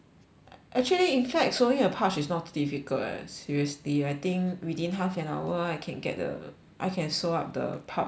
actually in fact sewing a pouch is not difficult eh seriously I think within half an hour I can get the I can sew up the pouch already